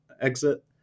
exit